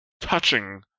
touching